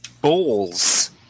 balls